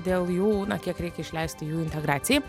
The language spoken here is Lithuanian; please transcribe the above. dėl jų na kiek reikia išleisti jų integracijai